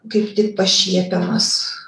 kaip tik pašiepiamas